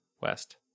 West